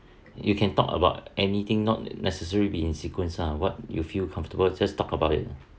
you can talk about anything not necessary be in sequence lah what you feel comfortable just talk about it lah